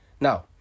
Now